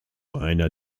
einer